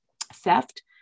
theft